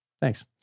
thanks